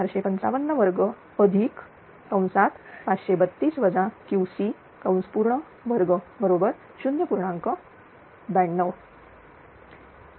92 532 Qc193